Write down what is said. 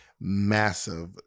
massive